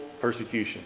persecution